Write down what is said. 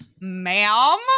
ma'am